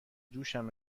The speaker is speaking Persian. دوشم